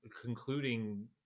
concluding